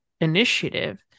initiative